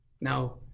Now